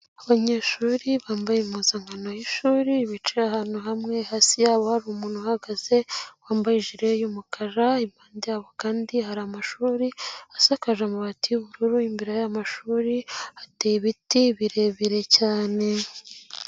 Abanyeshuri bambaye impuzankano y'ishuri bicaye ahantu hamwe, hasi yabo hari umuntu uhagaze wambaye ijire y'umukara, impande yabo kandi hari amashuri asakaje amabati y'ubururu, imbere y'amashuri hateye ibiti birebire cyane.